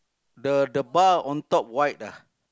the the bar on top white ah